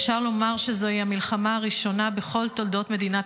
אפשר לומר שזוהי המלחמה הראשונה בכל תולדות מדינת